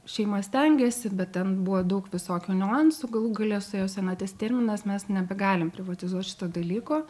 šeima stengėsi bet ten buvo daug visokių niuansų galų gale suėjo senaties terminas mes nebegalim privatizuot šito dalyko